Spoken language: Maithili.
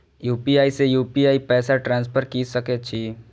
यू.पी.आई से यू.पी.आई पैसा ट्रांसफर की सके छी?